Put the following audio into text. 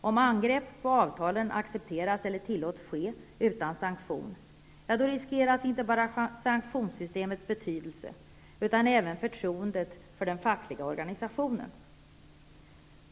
Om angrepp på avtalen accepteras eller tillåts ske utan sanktion riskeras inte bara sanktionssystemets betydelse utan även förtroendet för den fackliga organisationen.